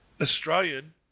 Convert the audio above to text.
Australian